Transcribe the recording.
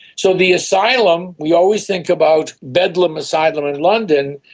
so the asylum, we always think about bedlam asylum in london,